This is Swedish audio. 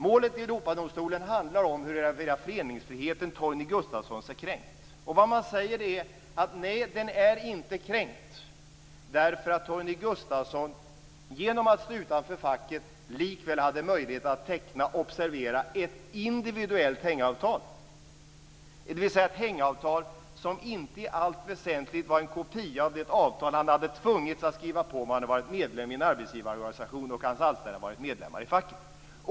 Målet vid Europadomstolen handlar om huruvida Torgny Gustafssons föreningsfrihet är kränkt. Det man säger är: Nej, den är inte kränkt, därför att Torgny Gustafsson, genom att stå utanför facket, likväl hade möjlighet att teckna, observera, ett individuellt hängavtal, dvs. ett hängavtal som inte i allt väsentligt var en kopia av det avtal han hade tvingats att skriva på om han hade varit medlem i en arbetsgivarorganisation och hans anställda hade varit medlemmar i facket.